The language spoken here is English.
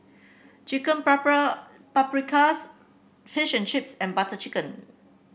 Chicken Paprikas Fish and Chips and Butter Chicken